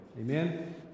Amen